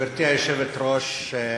גברתי היושבת-ראש,